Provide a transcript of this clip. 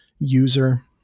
User